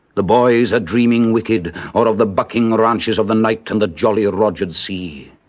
the boys are dreaming wicked or of the bucking ranches of the night and the jollyrodgered sea.